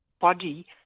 body